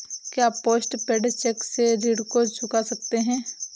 क्या post paid cheque से ऋण को चुका सकते हैं?